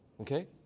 Okay